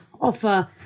offer